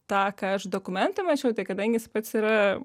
tą ką aš dokumenta mąsčiau tai kadangi jis pats yra